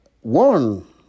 one